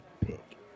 pick